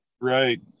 right